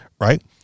right